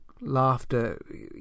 laughter